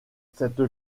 cette